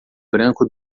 branco